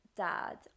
dad